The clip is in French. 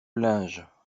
linge